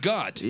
God